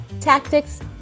tactics